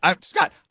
Scott